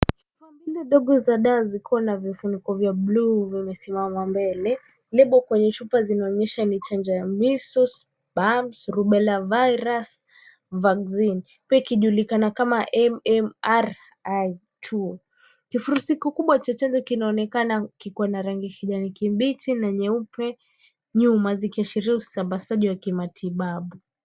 Chupa mbili ndogo za dawa zikiwa na vifuniko vya blue , zimesimama mbele. Lebo kwenye chupa zinaonyesha ni chanjo ya Measles Mumps Rubella Virus Vaccine , pia ikijulikana kama MMR I2. Kifurushi kikubwa cha chanjo kinaonekana kikiwa na rangi kijani kibichi na nyeupe nyuma, kikiashiria usambazaji wa matibabu.